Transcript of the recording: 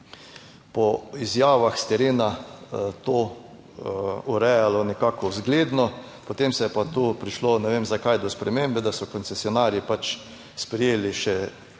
po izjavah s terena to urejalo nekako zgledno, potem se je pa tu prišlo, ne vem zakaj, do spremembe, da so koncesionarji pač sprejeli še